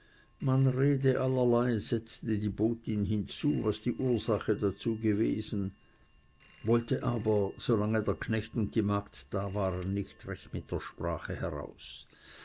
man rede allerlei setzte die botin hinzu was die ursache dazu gewesen wollte aber so lange der knecht und die magd da waren nicht recht mit der sprache heraus